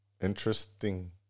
Interesting